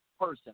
person